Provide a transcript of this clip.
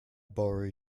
borrow